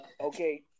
okay